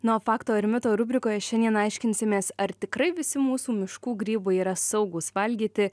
na o fakto ar mito rubrikoje šiandien aiškinsimės ar tikrai visi mūsų miškų grybai yra saugūs valgyti